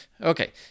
Okay